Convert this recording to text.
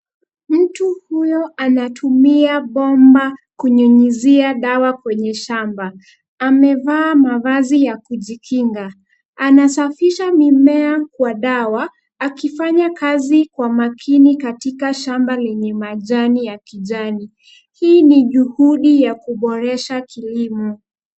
Mtu huyo anatumia bomba kunyunyizia dawa kwenye shamba, amevaa mavazi ya kujikinga, amesafisha mimea kwa dawa, akifanya kazi kwa makini katika shamba lenye majani ya kijani. Hii ni juhudi ya kuboreaha kilimo.